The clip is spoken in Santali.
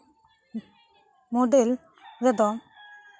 ᱢᱚᱰᱮᱞ ᱨᱮᱫᱚ